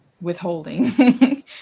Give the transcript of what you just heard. withholding